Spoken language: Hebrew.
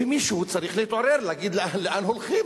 ומישהו צריך להתעורר, להגיד לאן הולכים.